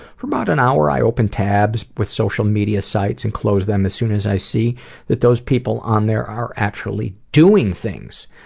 for about an hour, i open tabs, with social media sites, and close them as soon as i see that those people on there are actually doing things.